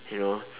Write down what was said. you know